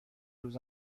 روز